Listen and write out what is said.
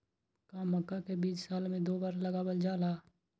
का मक्का के बीज साल में दो बार लगावल जला?